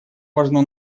важно